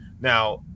now